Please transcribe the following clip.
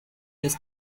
his